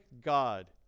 God